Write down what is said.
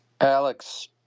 Alex